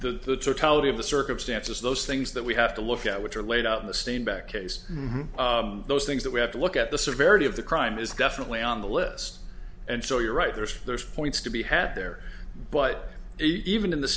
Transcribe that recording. of the circumstances those things that we have to look at which are laid out in the stand back case those things that we have to look at the severity of the crime is definitely on the list and so you're right there's those points to be had there but even in the